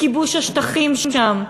כיבוש השטחים שם,